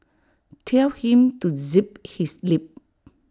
tell him to zip his lip